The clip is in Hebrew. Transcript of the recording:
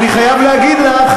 אני חייב להגיד לך